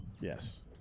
Yes